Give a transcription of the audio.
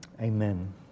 Amen